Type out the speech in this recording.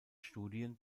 studien